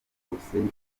nkwifurije